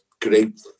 great